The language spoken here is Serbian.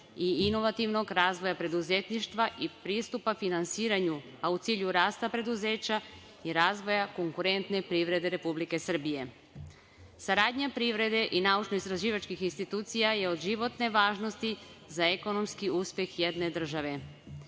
i inovativnog razvoja preduzetništva i pristupa finansiranju, a u cilju rasta preduzeća i razvoja konkurentne privrede Republike Srbije. Saradnja privrede i naučno-istraživačkih institucija je od životne važnosti za ekonomski uspeh jedne države.